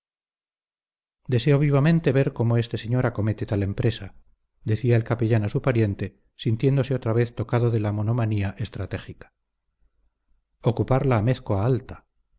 deseo vivamente ver cómo este señor acomete tal empresa decía el capellán a su pariente sintiéndose otra vez tocado de la monomanía estratégica ocupar la amézcoa alta